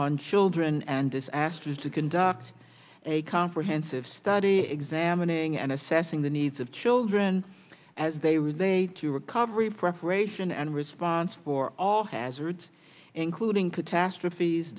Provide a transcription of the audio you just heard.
on children and is asked to conduct a comprehensive study examining and assessing the needs of children as they were they to recovery preparation and response for all hazards including catastrophes